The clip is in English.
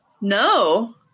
No